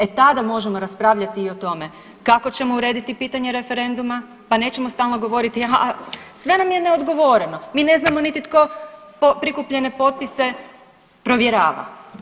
E tada možemo raspravljat i o tome kako ćemo urediti pitanje referenduma, pa nećemo stalno govoriti a sve nam je neodgovoreno, mi ne znamo niti tko prikupljene potpise provjerava.